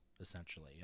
Essentially